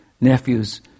nephews